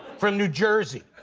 from new jersey.